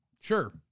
Sure